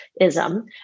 ism